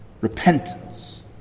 Repentance